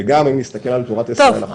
וגם אם נסתכל על תורת ישראל אחורה --- טוב,